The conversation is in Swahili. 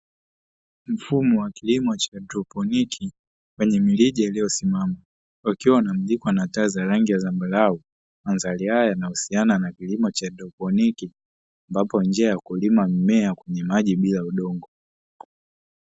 Mfumo wa kilimo cha haidroponi wenye mirija iliyosimama ukiwa unamulikwa na taa za rangi ya zambarau, mandhari haya yanahusiana na kilimo cha haidroponi ambapo njia ya kulima mimea kwenye maji bila udongo.